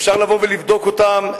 אפשר לבוא ולבדוק אותם.